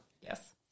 yes